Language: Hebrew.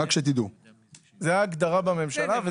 זו ההגדרה בממשלה.